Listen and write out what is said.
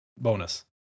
bonus